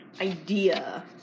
idea